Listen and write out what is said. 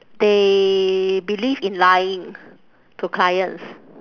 they believe in lying to clients